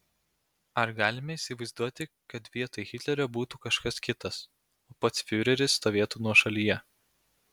ar galime įsivaizduoti kad vietoj hitlerio būtų kažkas kitas o pats fiureris stovėtų nuošalyje